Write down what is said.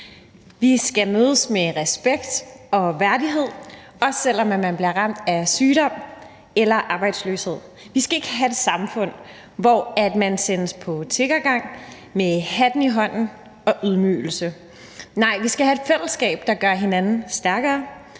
Man skal mødes med respekt og værdighed, også selv om man bliver ramt af sygdom eller arbejdsløshed. Vi skal ikke have et samfund, hvor man sendes på tiggergang med hatten i hånden og ydmyges. Nej, vi skal have et fællesskab, der gør hinanden stærkere,